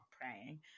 praying